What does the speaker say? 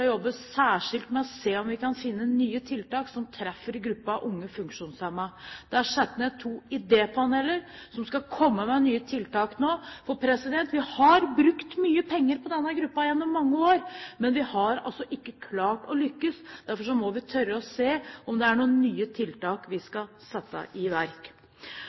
jobbe særskilt med å se om vi kan finne nye tiltak som treffer gruppen unge funksjonshemmede. Det er satt ned to idépaneler, som skal komme med nye tiltak nå. Vi har brukt mye penger på denne gruppen gjennom mange år, men vi har ikke klart å lykkes. Derfor må vi tørre å se om det er noen nye tiltak vi skal sette i verk.